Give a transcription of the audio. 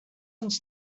uns